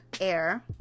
Air